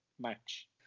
match